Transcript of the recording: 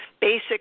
basic